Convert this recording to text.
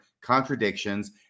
contradictions